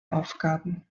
aufgaben